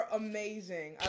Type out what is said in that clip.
amazing